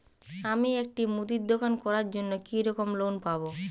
আমি একটি মুদির দোকান করার জন্য কি রকম লোন পাব?